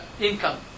income